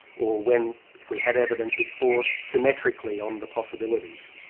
or when, if we had evidence, it bore symmetrically on the possibilities,